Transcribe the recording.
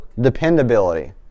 Dependability